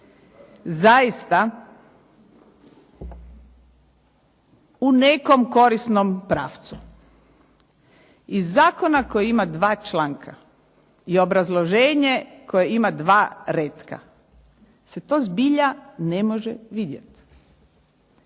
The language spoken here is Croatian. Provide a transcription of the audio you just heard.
zaista u nekom korisnom pravcu? Iz zakona koji ima dva članka i obrazloženje koje ima dva retka se to zbilja ne može vidjeti.